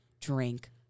drink